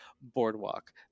boardwalk